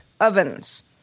ovens